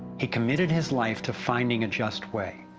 he commited his life to finding a just way.